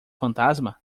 fantasma